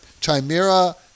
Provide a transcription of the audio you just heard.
Chimera